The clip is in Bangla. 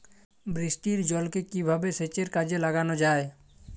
বৃষ্টির জলকে কিভাবে সেচের কাজে লাগানো যায়?